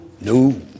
No